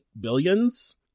billions